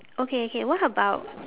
okay K what about